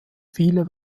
viele